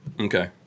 Okay